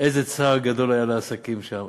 ואיזה צער גדול היה לעסקים שם.